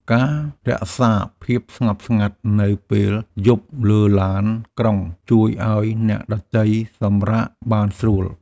ការរក្សាភាពស្ងប់ស្ងាត់នៅពេលយប់លើឡានក្រុង ជួយឱ្យអ្នកដទៃសម្រាកបានស្រួល។